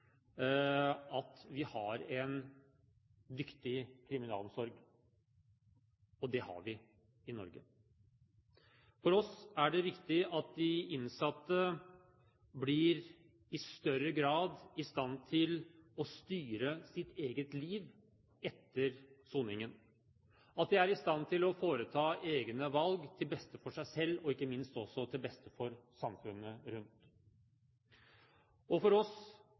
at vi har en dyktig kriminalomsorg – og det har vi i Norge. For oss er det viktig at de innsatte i større grad blir i stand til å styre sitt eget liv etter soningen, at de er i stand til å foreta egne valg til beste for seg selv og ikke minst til beste for samfunnet rundt. For oss